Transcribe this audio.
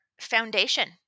foundation